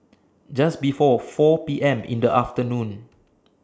Just before four P M in The afternoon